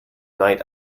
night